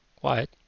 quiet